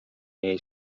jej